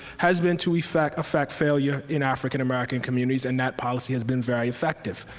has been to effect effect failure in african american communities. and that policy has been very effective.